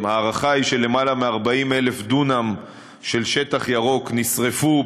ההערכה היא שלמעלה מ-40,000 דונם של שטח ירוק נשרפו,